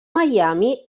miami